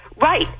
Right